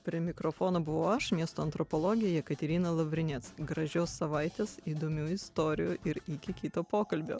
prie mikrofono buvau aš miesto antropologė jekaterina lavrinec gražios savaitės įdomių istorijų ir iki kito pokalbio